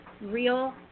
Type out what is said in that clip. real